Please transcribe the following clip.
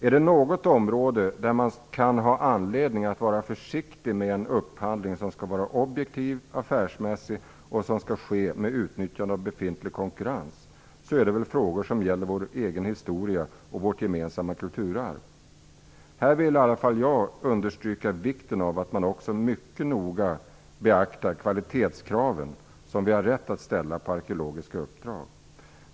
Är det något område där man kan ha anledning att vara försiktig med en upphandling som skall vara objektiv, affärsmässig och som skall ske med utnyttjande av befintlig konkurrens är det när det gäller de frågor som rör vår egen historia och vårt gemensamma kulturarv. Här vill i varje fall jag understryka vikten av att man mycket noga beaktar kvalitetskraven som vi har rätt att ställa på arkeologiska uppdrag.